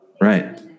right